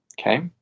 okay